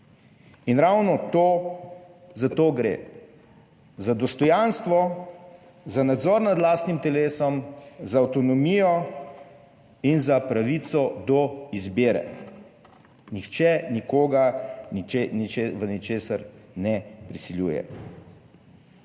In ravno to, za to gre: za dostojanstvo, za nadzor nad lastnim telesom, za avtonomijo in za pravico do izbire: nihče nikogar, ničesar ne prisiljuje.